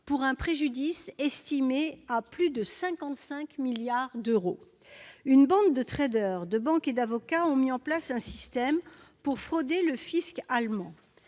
pour un préjudice estimé à plus de 55 milliards d'euros. Une bande de, de banques et d'avocats a mis en place un système pour frauder le fisc allemand.